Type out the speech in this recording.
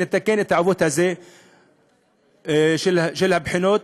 שנתקן את העיוות הזה של הבחינות